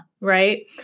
Right